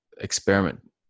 experiment